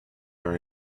are